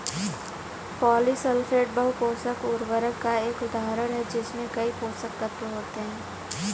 polysulphate बहु पोषक उर्वरक का एक उदाहरण है जिसमें कई पोषक तत्व होते हैं